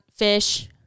fish